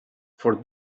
for